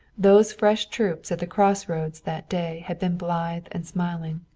those fresh troops at the crossroads that day had been blithe and smiling.